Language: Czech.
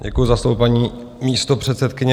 Děkuji za slovo, paní místopředsedkyně.